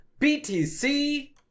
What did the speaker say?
BTC